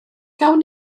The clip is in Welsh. gawn